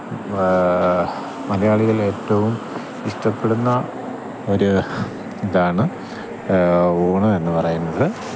മലയാളികൾ ഏറ്റവും ഇഷ്ടപ്പെടുന്ന ഒരു ഇതാണ് ഊണ് എന്ന് പറയുന്നത്